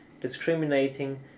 discriminating